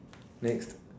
next